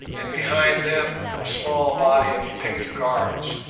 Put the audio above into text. and behind them a small body of picked guards.